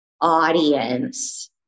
audience